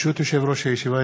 ברשות יושב-ראש הישיבה,